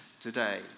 today